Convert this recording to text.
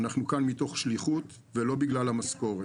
אנחנו כאן מתוך שליחות ולא בגלל המשכורת.